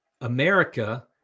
America